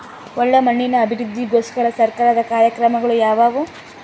ಒಳ್ಳೆ ಮಣ್ಣಿನ ಅಭಿವೃದ್ಧಿಗೋಸ್ಕರ ಸರ್ಕಾರದ ಕಾರ್ಯಕ್ರಮಗಳು ಯಾವುವು?